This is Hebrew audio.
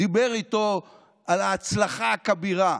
דיבר איתו על ההצלחה הכבירה.